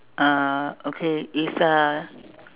uh okay it's a